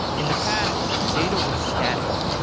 in the past, data was static.